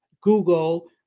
Google